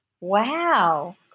Wow